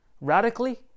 radically